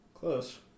Close